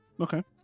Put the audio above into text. Okay